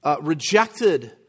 rejected